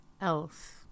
else